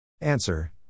Answer